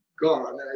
gone